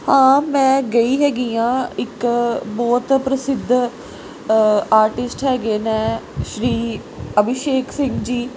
ਹਾਂ ਮੈਂ ਗਈ ਹੈਗੀ ਹਾਂ ਇੱਕ ਬਹੁਤ ਪ੍ਰਸਿੱਧ ਆਰਟਿਸਟ ਹੈਗੇ ਨੇ ਸ਼੍ਰੀ ਅਭਿਸ਼ੇਕ ਸਿੰਘ ਜੀ